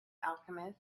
alchemist